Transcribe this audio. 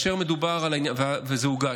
זה הוגש.